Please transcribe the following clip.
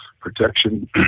protection